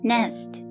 Nest